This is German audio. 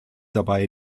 dabei